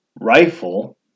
rifle